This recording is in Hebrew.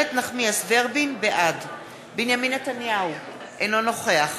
בעד בנימין נתניהו, אינו נוכח